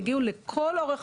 יגיעו לכל אורך